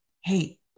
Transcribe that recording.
hey